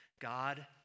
God